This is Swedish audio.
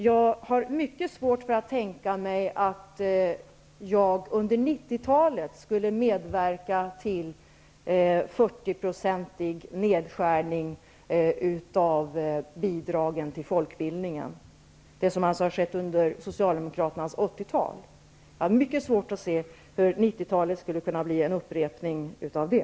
Jag har mycket svårt för att tänka mig att jag under 90-talet skulle medverka till en 40-procentig nedskärning av bidragen till folkbildningen, det som alltså har skett under socialdemokraternas 80 tal. Jag har mycket svårt att se hur 90-talet skulle kunna bli en upprepning av det.